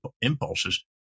impulses